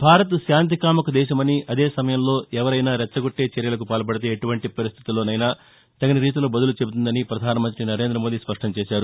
భారత్ శాంతి కాముక దేశమని అదే సమయంలో ఎవరైనా రెచ్చగొట్టే చర్యలకు పాల్పడితే ఎటువంటి పరిస్టితుల్లోనైనా తగిన రీతిలో బదులు చెబుతుందని ప్రధానమంతి నరేంద్ర మోది స్పష్టం చేశారు